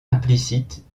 implicite